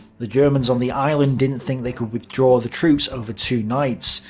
the germans on the island didn't think they could withdraw the troops over two nights.